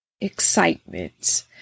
excitement